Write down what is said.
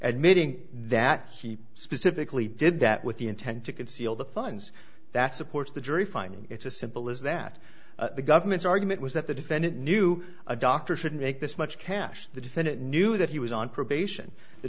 admitting that he specifically did that with the intent to conceal the funds that supports the jury finding it's a simple is that the government's argument was that the defendant knew a doctor shouldn't make this much cash the defendant knew that he was on probation the